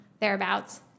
thereabouts